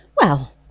Well